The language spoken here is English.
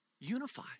Unify